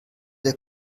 der